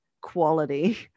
Quality